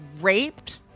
raped